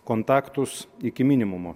kontaktus iki minimumo